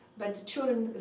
but children,